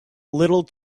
little